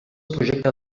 projecte